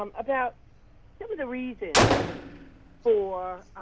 um about some of the reasons for